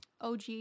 OG